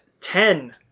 Ten